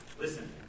Listen